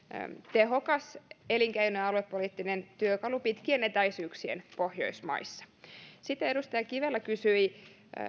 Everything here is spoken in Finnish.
tehokas elinkeino ja aluepoliittinen työkalu pitkien etäisyyksien pohjoismaissa sitten edustaja kivelä kysyi